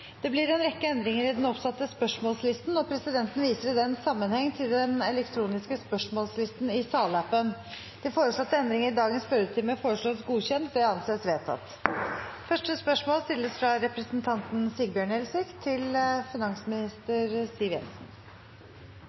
Det blir en rekke endringer i den oppsatte spørsmålslisten. Presidenten viser i den sammenheng til den elektroniske spørsmålslisten i salappen. De foreslåtte endringer i dagens spørretime foreslås godkjent. – Det anses vedtatt. Endringene var som følger: Spørsmål 2, fra representanten Willfred Nordlund til